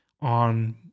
on